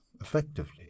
effectively